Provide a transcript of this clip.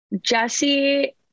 jesse